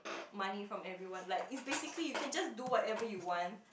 money from everyone like is basically you can just do whatever you want